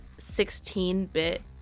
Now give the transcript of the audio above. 16-bit